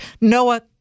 Noah